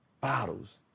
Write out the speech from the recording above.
bottles